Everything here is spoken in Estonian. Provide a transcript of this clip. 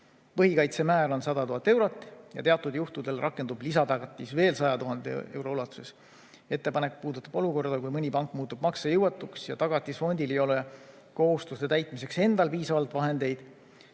Põhikaitsemäär on 100 000 eurot ja teatud juhtudel rakendub lisatagatis veel 100 000 euro ulatuses. Ettepanek puudutab olukorda, kus mõni pank muutub maksejõuetuks ja Tagatisfondil ei ole kohustuste täitmiseks endal piisavalt vahendeid.